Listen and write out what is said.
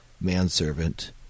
Manservant